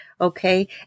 Okay